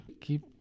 keep